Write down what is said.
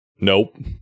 nope